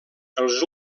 els